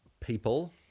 people